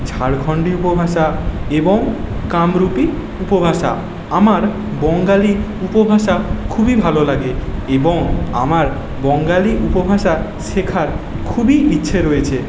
ঝাড়খণ্ডী উপভাষা এবং কামরূপী উপভাষা আমার বঙ্গালী উপভাষা খুবই ভালো লাগে এবং আমার বঙ্গালী উপভাষা শেখার খুবই ইচ্ছে রয়েছে